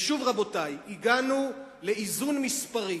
ושוב, רבותי, הגענו לאיזון מספרי,